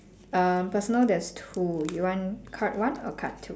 err personal there's two you want card one or card two